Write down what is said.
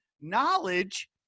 knowledge